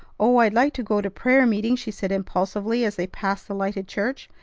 oh! i'd like to go to prayer meeting! she said impulsively as they passed the lighted church,